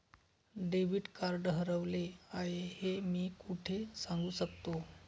Debit card हरवले आहे हे मी कोठे सांगू शकतो?